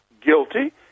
guilty